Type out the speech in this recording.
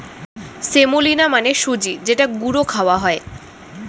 semolina মানে সুজি যেটা গুঁড়ো খাওয়া হয়